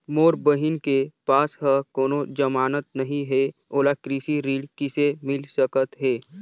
मोर बहिन के पास ह कोनो जमानत नहीं हे, ओला कृषि ऋण किसे मिल सकत हे?